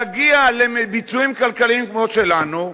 להגיע לביצועים כלכליים כמו שלנו.